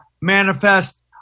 manifest